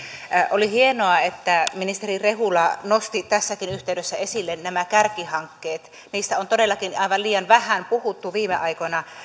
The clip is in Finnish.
oli hienoa että ministeri rehula nosti tässäkin yhteydessä esille kärkihankkeet niistä on todellakin aivan liian vähän puhuttu viime aikoina